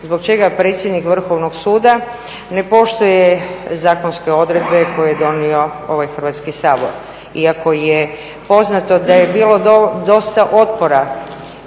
zbog čega predsjednik Vrhovnog suda ne poštuje zakonske odredbe koje je donio ovaj Hrvatski sabor? Iako je poznato da je bilo dosta otpora